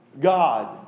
God